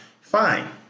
Fine